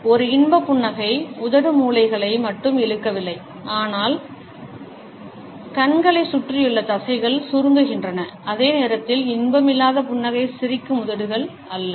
ஒரு இன்ப புன்னகை உதடு மூலைகளை மட்டும் இழுக்கவில்லை ஆனால் கண்களைச் சுற்றியுள்ள தசைகள் சுருங்குகின்றன அதே நேரத்தில் இன்பம் இல்லாத புன்னகை சிரிக்கும் உதடுகள் அல்ல